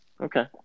Okay